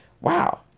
Wow